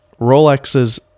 Rolexes